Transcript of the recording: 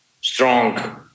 Strong